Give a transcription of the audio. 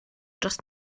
dros